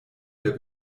der